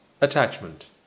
Attachment